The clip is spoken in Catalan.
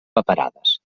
paperades